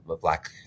Black